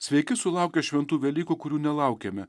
sveiki sulaukę šventų velykų kurių nelaukiame